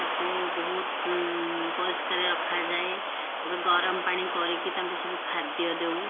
ତାଙ୍କୁ ବହୁତ ପରିଷ୍କାର ରଖାଯାଏ ତାପରେ ଗରମ ପାଣି କରିକି ତାଙ୍କୁ ସବୁ ଖାଦ୍ୟ ଦେଉ